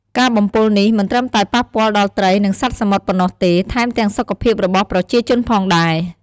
ការបំពុលនេះមិនត្រឹមតែប៉ះពាល់ដល់ត្រី និងសត្វសមុទ្រប៉ុណ្ណោះទេ ថែមទាំងសុខភាពរបស់ប្រជាជនផងដែរ។